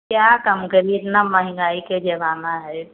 क्या कम करिए इतना महँगाई के ज़माना है